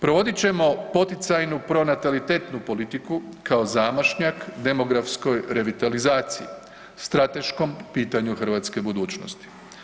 Provodit ćemo poticajnu pronatalitetnu politiku kao zamašnjak demografskoj revitalizaciji, strateškom pitanju hrvatske budućnosti.